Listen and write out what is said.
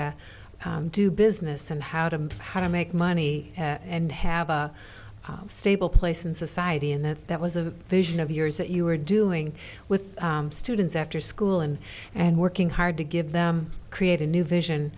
to do business and how to how to make money and have a stable place in society and that that was a vision of yours that you were doing with students after school and and working hard to give them create a new vision